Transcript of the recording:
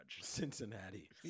cincinnati